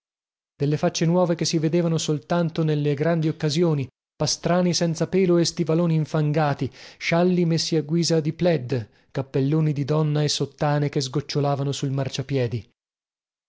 delle facce nuove che si vedevano soltanto nelle grandi occasioni pastrani senza pelo e stivaloni infangati scialli messi a guisa di pled cappelloni di donna e sottane che sgocciolavano sul marciapiedi